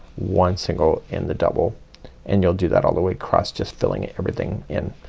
one single in the double and you'll do that all the way across just filling everything in.